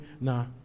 Nah